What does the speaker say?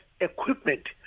equipment